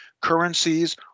currencies